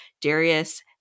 Darius